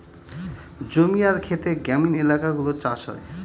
জমি আর খেতে গ্রামীণ এলাকাগুলো চাষ হয়